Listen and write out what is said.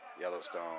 Yellowstone